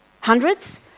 Hundreds